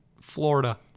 Florida